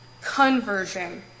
conversion